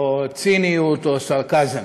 או ציניות, או סרקזם.